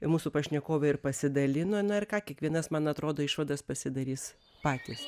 mūsų pašnekovė ir pasidalino na ir ką kiekvienas man atrodo išvadas pasidarys patys